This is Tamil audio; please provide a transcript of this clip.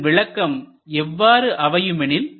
இதன் விளக்கம் எவ்வாறு அமையும் எனில்